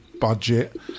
budget